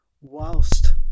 whilst